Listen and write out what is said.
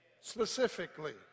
specifically